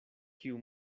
kiu